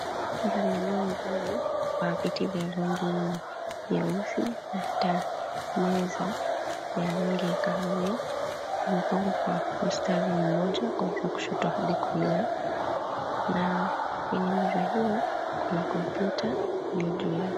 Mpangilio mzuri wa viti vya rangi nyeusi na taa, meza ya rangi ya kahawia, imepangwa kwa mstari mmoja kuanzia kushoto hadi kulia, na kwenye meza hio, kuna kompyuta iliyo juu yake.